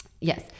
Yes